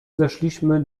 zeszliśmy